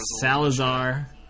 Salazar